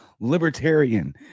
Libertarian